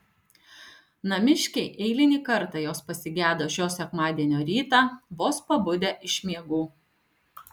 namiškiai eilinį kartą jos pasigedo šio sekmadienio rytą vos pabudę iš miegų